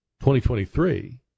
2023